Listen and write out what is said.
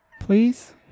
Please